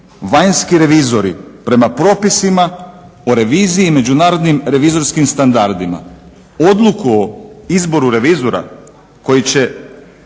vanjski revizori prema propisima o reviziji i međunarodnim revizorskim standardima. Odluku o izboru revizora koji će